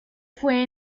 fue